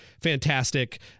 fantastic